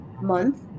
month